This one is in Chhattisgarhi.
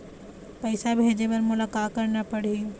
पैसा भेजे बर मोला का करना पड़ही?